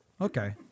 Okay